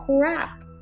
crap